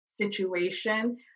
situation